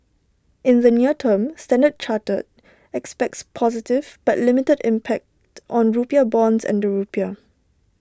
in the near term standard chartered expects positive but limited impact on rupiah bonds and the rupiah